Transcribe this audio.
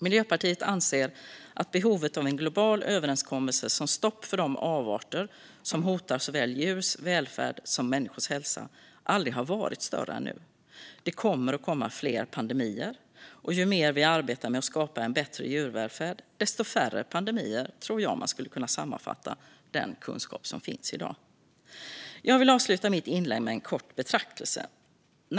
Miljöpartiet anser att behovet av en global överenskommelse om stopp för de avarter som hotar såväl djurs välfärd som människors hälsa aldrig har varit större än nu. Det kommer att komma fler pandemier, och ju mer vi arbetar med att skapa en bättre djurvälfärd, desto färre pandemier. Så tror jag att man skulle kunna sammanfatta den kunskap som finns i dag. Jag vill avsluta mitt inlägg med en kort betraktelse.